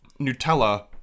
nutella